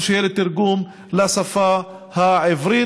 ושיהיה תרגום לשפה העברית.